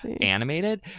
animated